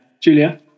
julia